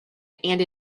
and